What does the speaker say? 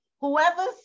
Whoever's